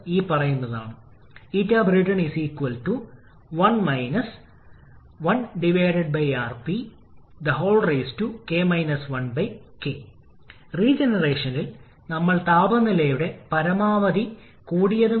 ഉയർന്ന മർദ്ദമുള്ള turbine low pressure turbine എന്നിവ വാതകത്തിന് സിപിയാണ് അവയുടെ മൂല്യങ്ങളും വ്യത്യസ്തമായിരിക്കും കാരണം പ്രത്യേക താപം താപനിലയുടെ ശക്തമായ പ്രവർത്തനമാണെന്ന് നമുക്കറിയാം